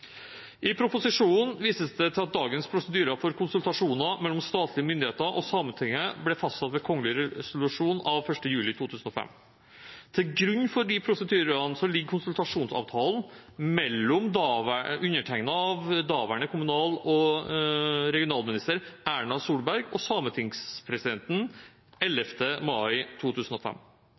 I proposisjonen vises det til at dagens prosedyrer for konsultasjoner mellom statlige myndigheter og Sametinget ble fastsatt ved kgl.res. av 1. juli 2005. Til grunn for prosedyrene ligger konsultasjonsavtalen undertegnet av daværende kommunal- og regionalminister Erna Solberg og sametingspresidenten 11. mai 2005.